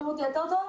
מנותקות.